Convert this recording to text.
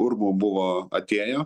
urmu buvo atėjo